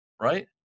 Right